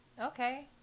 okay